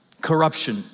Corruption